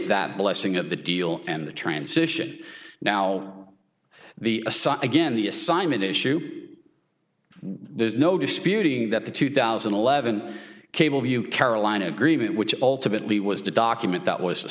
that blessing of the deal and the transition now the again the assignment issue there's no disputing that the two thousand and eleven cable view caroline agreement which ultimately was the document that was a